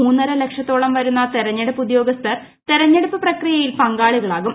മൂന്നര ലക്ഷത്തോളം വരുന്ന തെരഞ്ഞെടുപ്പ് ഉദ്യോഗസ്ഥർ തെരഞ്ഞെടുപ്പ് പ്രക്രിയയിൽ പങ്കാളികളാകും